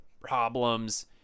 problems